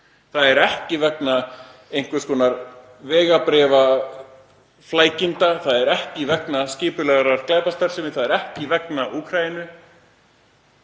Það er ekki út af vegabréfaflækjum, það er ekki vegna skipulagðrar glæpastarfsemi, það er ekki vegna Úkraínu.